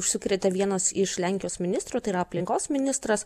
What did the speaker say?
užsikrėtė vienas iš lenkijos ministrų tai yra aplinkos ministras